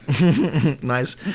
Nice